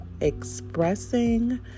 expressing